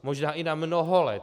Možná i na mnoho let.